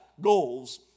goals